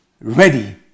ready